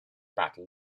battle